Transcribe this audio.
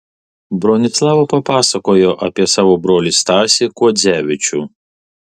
bronislava papasakojo apie savo brolį stasį kuodzevičių